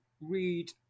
read